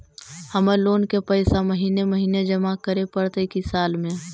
हमर लोन के पैसा महिने महिने जमा करे पड़तै कि साल में?